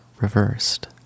reversed